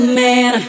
man